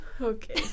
okay